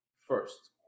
first